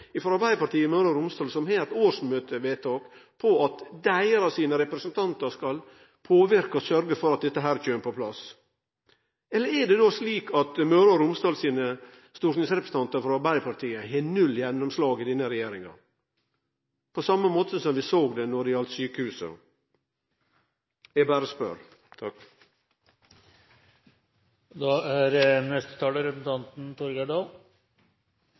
Arbeidarpartiet i Møre og Romsdal, som har eit årsmøtevedtak om at representantane deira skal påverke og sørgje for at dette kjem på plass. Eller er det slik at Møre og Romsdal sine stortingsrepresentantar frå Arbeidarpartiet har null gjennomslag i denne regjeringa, på same måte som vi såg det når det gjaldt sjukehusa? Eg berre spør.